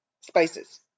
spices